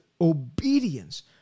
obedience